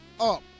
up